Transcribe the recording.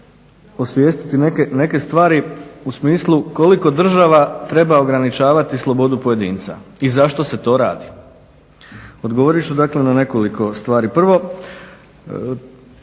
osvijestiti neke stvari u smislu koliko država treba ograničavati slobodu pojedinca i zašto se to radi. Odgovorit ću dakle na nekoliko stvari. Prvo,